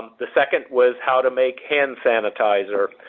the second was how to make hand sanitizer.